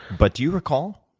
but do you recall?